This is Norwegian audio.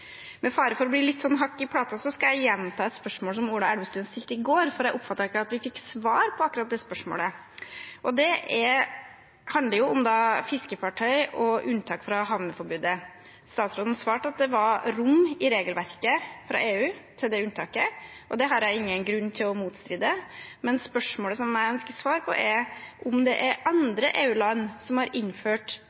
Med fare for at det blir litt hakk i plata skal jeg gjenta et spørsmål som Ola Elvestuen stilte i går, for jeg oppfattet ikke at vi fikk svar på akkurat det spørsmålet. Det handler om fiskefartøy og unntak fra havneforbudet. Utenriksministeren svarte at det var rom i regelverket til EU for det unntaket, og det har jeg ingen grunn til å bestride, men spørsmålet som jeg ønsker svar på, er: Er det noen EU-land som har innført